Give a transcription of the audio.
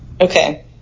Okay